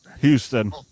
Houston